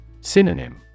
Synonym